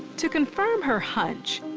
to confirm her hunch,